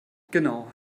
genau